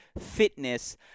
fitness